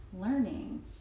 learning